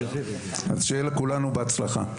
אז שיהיה לכולנו בהצלחה,